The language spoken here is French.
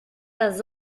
aux